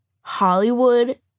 Hollywood